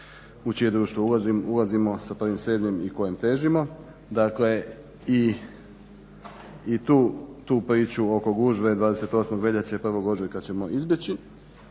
u čije društvo ulazimo sa 1.7. i kojem težimo i tu priču oko gužve 28.veljače i 1.ožujka ćemo izbjeći.